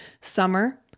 summer